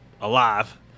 alive